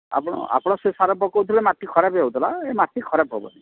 ଆପଣ ଆପଣ ସେ ସାର ପକାଉଥିଲେ ମାଟି ଖରାପ ହୋଇଯାଉଥିଲା ଏ ମାଟି ଖରାପ ହେବନି